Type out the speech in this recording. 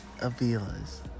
Avila's